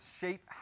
shape